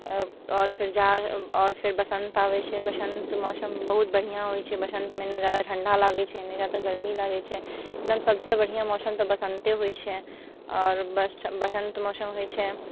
आओर फेर जाड़ आओर फेर बसन्त आबै छै बसन्त मौसम बहुत बढ़िआँ होइ छै बसन्तमे नहि ज्यादा ठण्डा लागै छै नहि ज्यादा गरमी लागै छै एकदम सबसँ बढ़िआँ मौसम तऽ बसन्ते होइ छै आओर बसन्त मौसम होइ छै